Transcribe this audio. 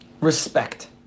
respect